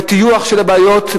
בטיוח של הבעיות,